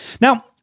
Now